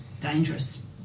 dangerous